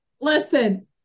Listen